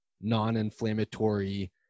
non-inflammatory